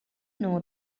know